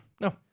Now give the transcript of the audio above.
No